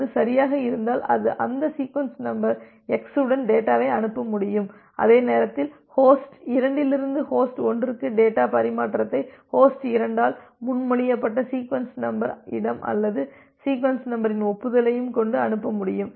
அது சரியாக இருந்தால் அது அந்த சீக்வென்ஸ் நம்பர் எக்ஸ் உடன் டேட்டாவை அனுப்ப முடியும் அதே நேரத்தில் ஹோஸ்ட் 2 லிருந்து ஹோஸ்ட் 1 ற்கு டேட்டா பரிமாற்றத்தை ஹோஸ்ட் 2 ஆல் முன்மொழியப்பட்ட சீக்வென்ஸ் நம்பர் இடம் அல்லது சீக்வென்ஸ் நம்பரின் ஒப்புதலையும் கொண்டு அனுப்ப முடியும்